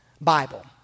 Bible